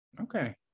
Okay